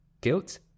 guilt